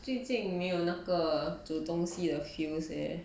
最近没有那个煮东西的 feels leh